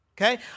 okay